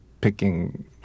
picking